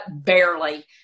barely